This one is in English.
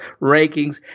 rankings